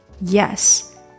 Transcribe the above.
Yes